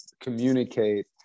communicate